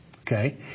Okay